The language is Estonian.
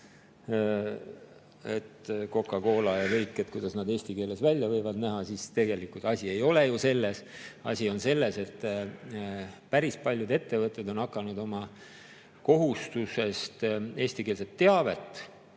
Coca-Cola ja kõik, et kuidas nad eesti keeles välja võivad näha, siis tegelikult asi ei ole ju selles. Asi on selles, et päris paljud ettevõtted on hakanud kohustuslikku eestikeelset teavet,